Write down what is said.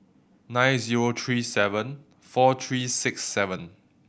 nine zero three seven four three six seven